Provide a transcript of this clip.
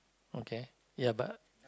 okay ya but